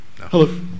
Hello